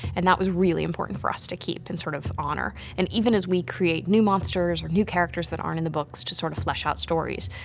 and that was really important for us to keep and sort of honor. and even as we create new monsters, or new characters that aren't in the books to sort of flesh out stories,